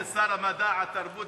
הייתי שר המדע, התרבות